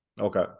Okay